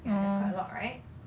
ya that's quite a lot right